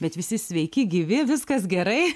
bet visi sveiki gyvi viskas gerai